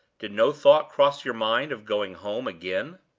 did no thought cross your mind of going home again?